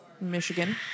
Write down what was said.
Michigan